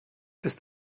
bist